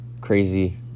crazy